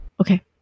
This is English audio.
Okay